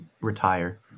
retire